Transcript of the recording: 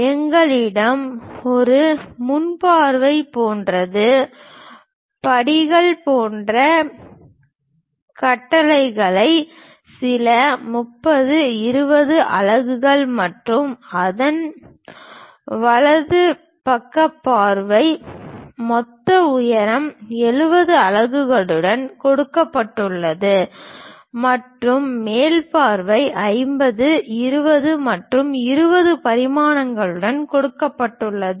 எங்களிடம் ஒரு முன் பார்வை போன்றது படிகள் போன்ற கட்டிடக்கலை சில 30 20 அலகுகள் மற்றும் அதன் வலது பக்க பார்வை மொத்த உயரம் 70 அலகுகளுடன் கொடுக்கப்பட்டுள்ளது மற்றும் மேல் பார்வை 50 20 மற்றும் 20 பரிமாணங்களுடன் கொடுக்கப்பட்டுள்ளது